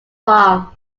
farm